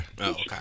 Okay